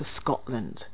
Scotland